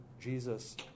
Jesus